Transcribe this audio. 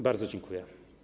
Bardzo dziękuję.